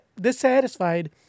dissatisfied